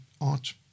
art